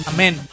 Amen